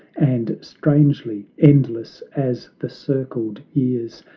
and strangely, endless as the circled years,